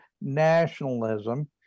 nationalism